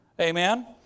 Amen